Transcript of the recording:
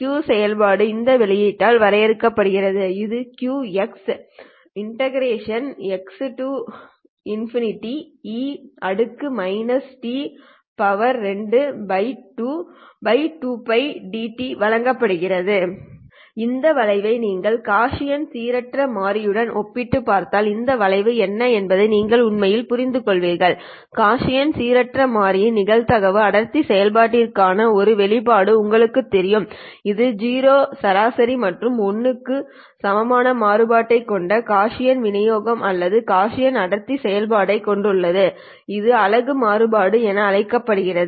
Q function இந்த வெளிப்பாட்டால் வரையறுக்கப்படுகிறது இது Qxxe t222πdtவழங்கப்படுகிறது இந்த வளைவை நீங்கள் காஸியன் சீரற்ற மாறியுடன் ஒப்பிட்டுப் பார்த்தால் இந்த வளைவு என்ன என்பதை நீங்கள் உண்மையில் புரிந்து கொள்வீர்கள் காஸியன் சீரற்ற மாறியின் நிகழ்தகவு அடர்த்தி செயல்பாட்டிற்கான ஒரு வெளிப்பாடு உங்களுக்குத் தெரியும்இது 0 சராசரி மற்றும் 1 க்கு சமமான மாறுபாட்டைக் கொண்ட காஸியன் விநியோகம் அல்லது காஸியன் அடர்த்தி செயல்பாட்டைக் கொண்டுள்ளது இது அலகு மாறுபாடு என அழைக்கப்படுகிறது